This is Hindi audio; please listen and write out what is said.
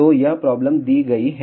तो यह प्रॉब्लम दी गई है